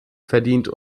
verdient